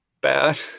bad